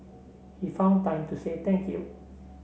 he found time to say thank you